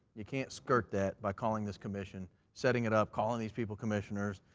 you can't skirt that by calling this commission, setting it up, calling these people commissioners,